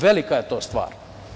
Velika je to stvar.